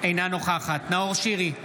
אינה נוכחת נאור שירי,